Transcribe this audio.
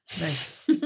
Nice